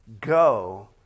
go